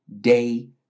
day